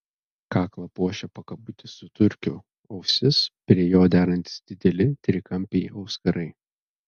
kaklą puošė pakabutis su turkiu ausis prie jo derantys dideli trikampiai auskarai